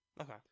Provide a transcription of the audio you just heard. Okay